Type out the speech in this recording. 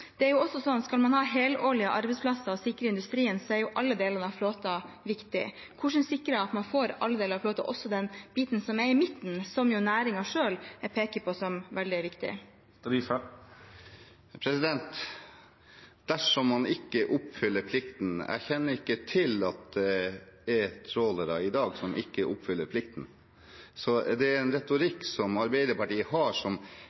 Det er også sånn at skal man ha helårlige arbeidsplasser og sikre industrien, er alle deler av flåten viktig. Hvordan sikre at man får med alle deler av flåten, også den biten som er midten, som jo næringen selv peker på som veldig viktig? «Dersom man ikke oppfyller pliktene», sier representanten – jeg kjenner ikke til at det er trålere i dag som ikke oppfyller pliktene. Det er en retorikk Arbeiderpartiet har,